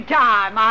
time